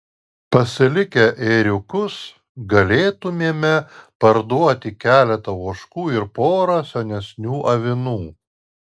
pasilikę ėriukus galėtumėme parduoti keletą ožkų ir porą senesnių avinų